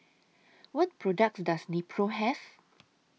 What products Does Nepro Have